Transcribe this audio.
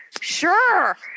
sure